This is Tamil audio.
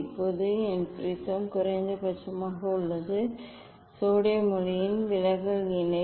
இப்போது என் ப்ரிஸம் குறைந்தபட்சம் உள்ளது சோடியம் ஒளியின் விலகல் நிலை